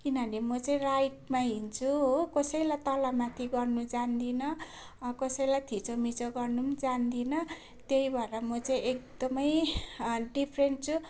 किनभने म चाहिँ राइटमै हिँड्छु हो कसैलाई तल माथि गर्नु जान्दिनँ अँ कसैलाई थिचोमिचो गर्नु पनि जान्दिनँ त्यही भएर म चाहिँ एकदमै डिफ्रेन्ट छु